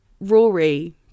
Rory